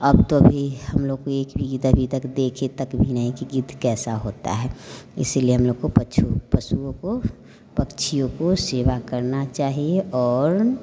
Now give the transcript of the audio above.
अब तो अभी हम लोग एक भी गिद्ध अभी तक देखे तक भी नहीं कि गिद्ध कैसा होता है इसीलिए हम लोग को पशु पशुओं की पक्षियों की सेवा करना चाहिए और